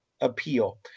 Appeal